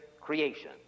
creation